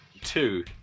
two